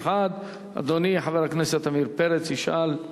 אדוני חבר הכנסת עמיר פרץ ישאל.